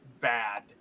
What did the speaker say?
bad